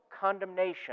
condemnation